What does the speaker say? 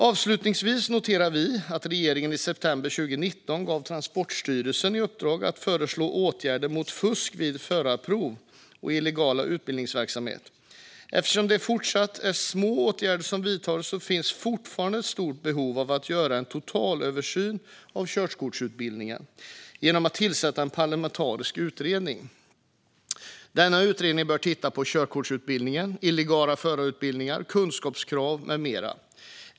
Avslutningsvis noterar vi att regeringen i september 2019 gav Transportstyrelsen i uppdrag att föreslå åtgärder mot fusk vid förarprov och illegal utbildningsverksamhet. Eftersom det fortfarande är små åtgärder som vidtas finns det fortfarande ett stort behov av att göra en totalöversyn av körkortsutbildningen genom att tillsätta en parlamentarisk utredning. Denna utredning bör titta på körkortsutbildningen, illegal förarutbildning, kunskapskrav med mera.